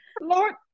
lord